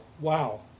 Wow